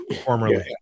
formerly